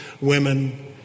women